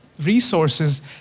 resources